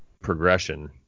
progression